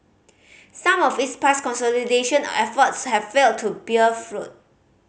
some of its past consolidation efforts have failed to bear fruit